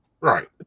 right